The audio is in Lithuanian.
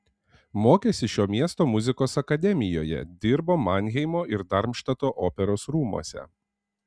mokėsi šio miesto muzikos akademijoje dirbo manheimo ir darmštato operos rūmuose